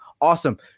Awesome